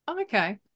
Okay